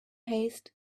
haste